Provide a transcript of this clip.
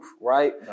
right